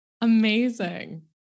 Amazing